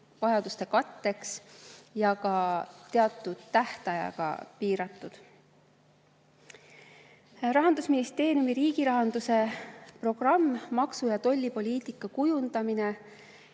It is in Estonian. vajaduste katteks, ja ka teatud tähtajaga piiratud. Rahandusministeeriumi riigi rahanduse programmis on maksu‑ ja tollipoliitika kujundamise